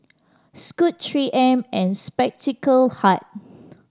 Scoot Three M and Spectacle Hut